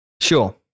Sure